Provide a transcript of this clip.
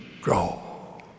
grow